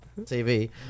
TV